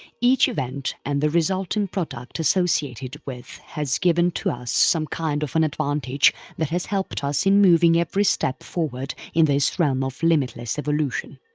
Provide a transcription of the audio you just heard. each event and the resulting product associated with has given to us some kind of an advantage that has helped us in moving every step forward in this realm of limitless evolution.